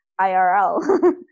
IRL